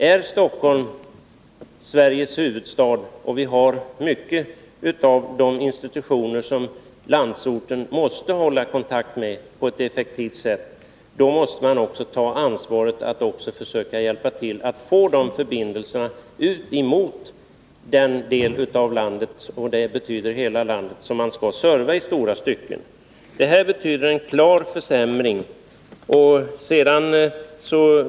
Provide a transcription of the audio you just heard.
Är Stockholm Sveriges huvudstad — här finns ju många av de institutioner som landsorten på ett effektivt sätt måste ha förbindelse med — 65 är det också nödvändigt att man tar sitt ansvar och försöker hjälpa till att få förbindelser med hela landet som i stor uträckning skall servas. Det här betyder en klar försämring.